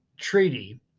treaty